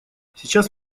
сейчас